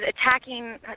attacking